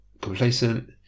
complacent